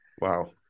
Wow